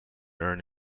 earn